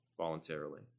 voluntarily